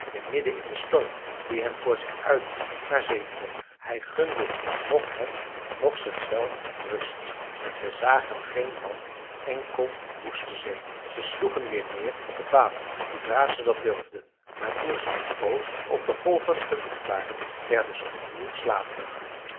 weer midden in den storm die hen voor zich uit naar zee dreef hij gunde noch hen noch zichzelf rust en ze zagen geen land enkel woeste zee ze sloegen weer neer op het water zoodra ze dat durfden maar toen ze een poos op de golven gewiegd waren werden ze opnieuw slaperig